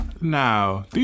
Now